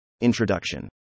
Introduction